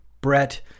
Brett